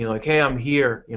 like hey, i'm here.